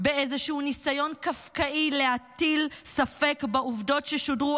באיזשהו ניסיון קפקאי להטיל ספק בעובדות ששודרו,